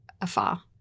afar